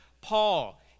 Paul